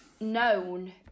known